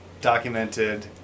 documented